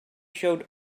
showed